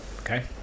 Okay